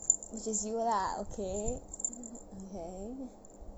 which is you lah okay okay